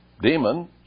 demon